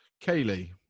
Kaylee